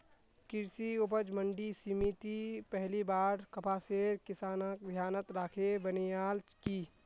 कृषि उपज मंडी समिति पहली बार कपासेर किसानक ध्यानत राखे बनैयाल की